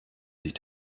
sich